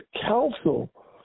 counsel